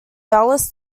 dallas